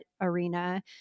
arena